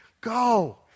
go